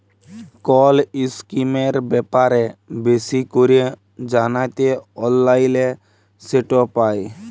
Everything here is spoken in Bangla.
কল ইসকিমের ব্যাপারে বেশি ক্যরে জ্যানতে অললাইলে সেট পায়